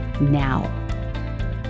now